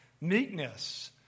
meekness